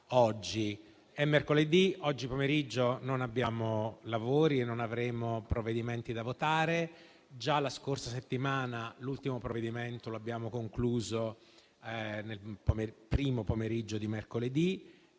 oggi: è mercoledì e oggi pomeriggio non abbiamo lavori e, quindi, non avremo provvedimenti da votare; già la scorsa settimana l'ultimo provvedimento lo abbiamo concluso nel primo pomeriggio di mercoledì